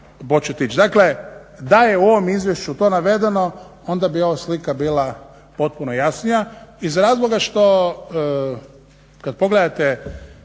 početi ići. Dakle, da je u ovom izvješću to navedeno onda bi ova slika bila potpuno jasnija iz razloga što kada pogledate